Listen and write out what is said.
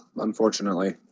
unfortunately